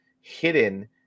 hidden